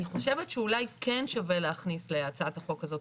אני חושבת שאולי כן שווה להכניס להצעת החוק הזאת,